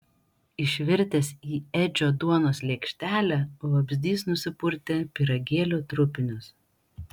išvirtęs į edžio duonos lėkštelę vabzdys nusipurtė pyragėlio trupinius